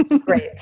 Great